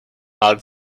odd